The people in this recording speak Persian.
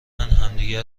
همدیگه